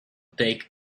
take